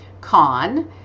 Con